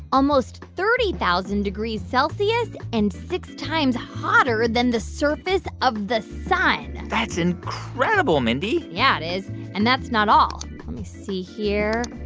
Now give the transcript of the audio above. almost thirty thousand degrees celsius and six times hotter than the surface of the sun that's incredible, mindy yeah, it is. and that's not all. let me see here.